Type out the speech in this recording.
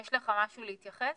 יש לך משהו להתייחס?